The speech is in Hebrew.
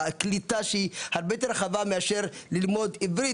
הקליטה שהיא הרבה יותר רחבה מאשר ללמוד עברית.